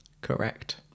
Correct